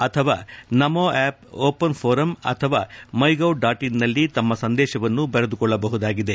ಅಥವಾ NaMo app open forum ಅಥವಾ MyGov dot in ನಲ್ಲಿ ತಮ್ನ ಸಂದೇಶವನ್ನು ಬರೆದುಕೊಳ್ಳಬಹುದಾಗಿದೆ